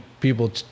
people